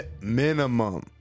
minimum